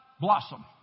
blossom